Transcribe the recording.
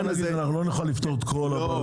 אנחנו לא נוכל לפתור את כל הבעיות,